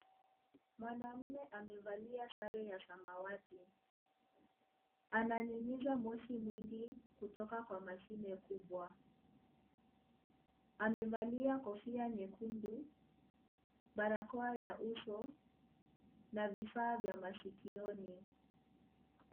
Mwanaume amevalia sare ya samawati , ananyunyiza moshi mwingi kutoka Kwa mashine kubwa. Amevalia kofia nyekundu ,barakoa ya uso na vifaa vya maskioni.